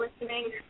listening